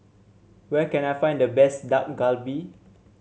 where can I find the best Dak Galbi